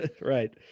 right